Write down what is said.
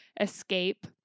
escape